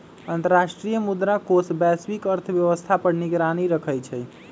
अंतर्राष्ट्रीय मुद्रा कोष वैश्विक अर्थव्यवस्था पर निगरानी रखइ छइ